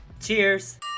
Cheers